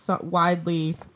widely